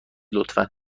لطفا